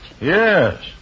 Yes